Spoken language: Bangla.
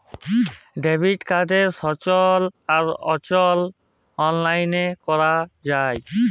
ডেবিট কাড়কে সচল আর অচল অললাইলে ক্যরা যায়